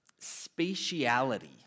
spatiality